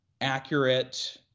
accurate